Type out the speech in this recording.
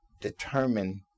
determine